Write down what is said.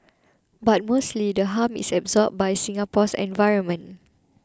but mostly the harm is absorbed by Singapore's environment